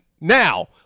now